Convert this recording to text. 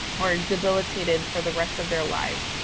or debilitated for the rest of their lives.